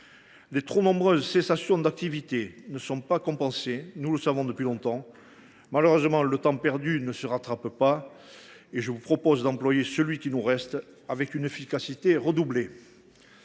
les trop nombreuses cessations d’activité ne sont pas compensées. Malheureusement, le temps perdu ne se rattrape pas. Aussi, je vous propose d’employer celui qui nous reste avec une efficacité redoublée.